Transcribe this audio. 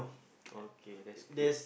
okay that's good